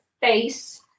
face